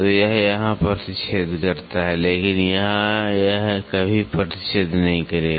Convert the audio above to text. तो यह यहाँ प्रतिच्छेद करता है लेकिन यहाँ यह कभी प्रतिच्छेद नहीं करेगा